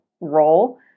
role